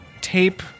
tape